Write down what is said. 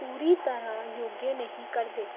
ਪੂਰੀ ਤਰ੍ਹਾਂ ਯੋਗਿਆ ਨਹੀਂ ਕਰਦੇ